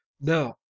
Now